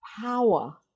power